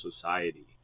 society